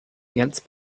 against